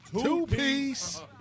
Two-piece